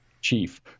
chief